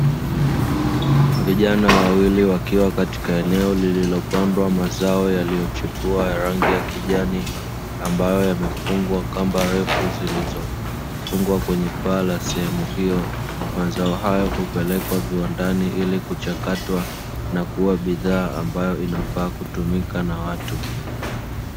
Vijana wawili wakiwa katika eneo lililopandwa mazao yaliyochipua ya rangi ya kijani, ambayo yamefungwa kamba refu zilizofungwa kwenye paa ya sehemu hiyo, Mazao hayo hupelekwa viwandani ili kuchakatwa na kuwa bidhaa ambayo inafaa kutumika na watu.